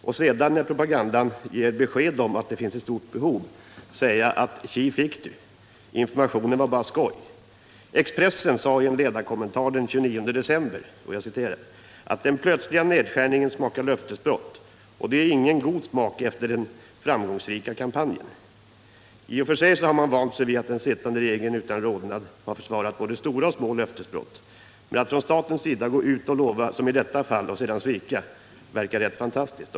Och sedan när propagandan ger besked om att det finns ett stort behov säger man: Tji fick du, informationen var bara skoj! Expressen sade i en ledarkommentar den 29 december att ”den plötsliga nedskärningen smakar löftesbrott och det är ingen god smak efter den framgångsrika kampanjen”. I och för sig har man vant sig vid att den sittande regeringen utan rodnad har försvarat både stora och små löftesbrott, men att, som i detta fall, från statens sida gå ut och lova och sedan svika verkar rätt fantastiskt.